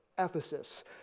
Ephesus